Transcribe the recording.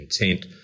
intent